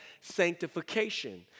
sanctification